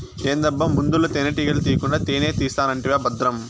ఏందబ్బా ముందల తేనెటీగల తీకుండా తేనే తీస్తానంటివా బద్రం